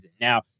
Now